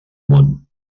món